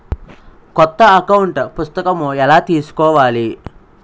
కొత్త అకౌంట్ పుస్తకము ఎలా తీసుకోవాలి?